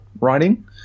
writing